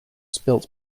spilt